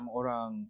orang